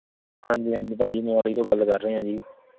ਹਾਂਜੀ ਹਾਂਜੀ ਭਾਅ ਜੀ ਮੋਹਾਲੀ ਤੋਂ ਗੱਲ ਕਰ ਰਹੇ ਹਾਂ ਜੀ